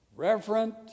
reverent